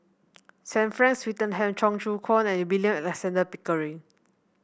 Sir Frank Swettenham Cheong Choong Kong and William Alexander Pickering